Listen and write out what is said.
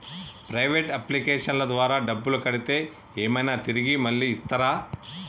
Private అప్లికేషన్ల ద్వారా డబ్బులు కడితే ఏమైనా తిరిగి మళ్ళీ ఇస్తరా?